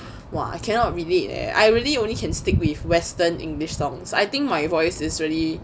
!wah! I cannot relate leh I really only can stick with western english songs I think my voice is really